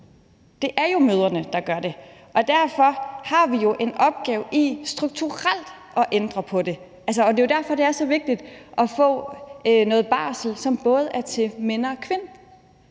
Det er jo mødrene, der gør det. Og derfor har vi en opgave i strukturelt at ændre på det. Det er derfor, det er så vigtigt at få noget barsel, som både er til mænd og kvinder.